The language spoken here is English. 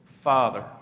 Father